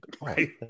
right